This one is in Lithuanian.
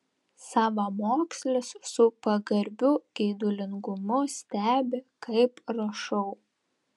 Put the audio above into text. savamokslis su pagarbiu geidulingumu stebi kaip rašau